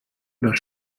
oder